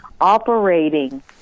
operating